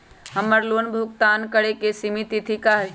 हमर लोन भुगतान करे के सिमित तिथि का हई?